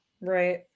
right